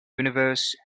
universe